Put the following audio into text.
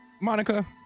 Monica